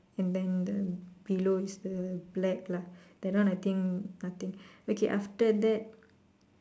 and then the below is the black lah that one I think nothing okay after that